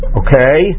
okay